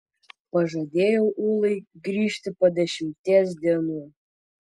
pažadėjau ulai grįžti po dešimties dienų